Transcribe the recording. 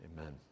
Amen